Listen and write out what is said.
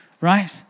right